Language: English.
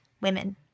women